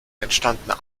entstanden